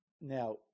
Now